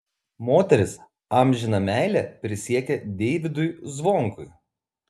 moteris amžiną meilę prisiekė deivydui zvonkui